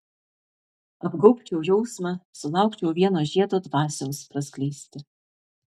apgaubčiau jausmą sulaukčiau vieno žiedo dvasioms praskleisti